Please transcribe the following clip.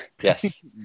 Yes